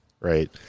Right